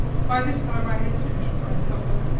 by this time i had finished my supper,